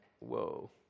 whoa